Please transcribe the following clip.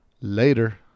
later